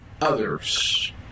others